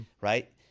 right